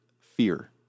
fear